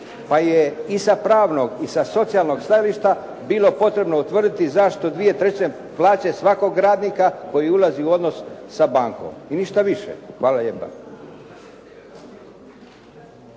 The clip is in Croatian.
pa je i sa pravnog i sa socijalnog stajališta bilo potrebno utvrditi zašto dvije trećine plaće svakog radnika koji ulazi u odnos sa bankom, i ništa više. Hvala lijepa.